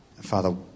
Father